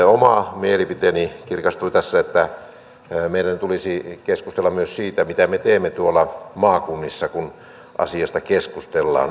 oma mielipiteeni kirkastui tässä että meidän tulisi keskustella myös siitä mitä me teemme tuolla maakunnissa kun asiasta keskustellaan